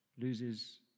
loses